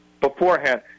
beforehand